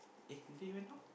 eh they went out